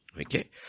Okay